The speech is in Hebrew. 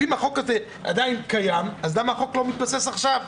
ואם החוק הזה עדיין קיים, למה לא מתעדכן עכשיו?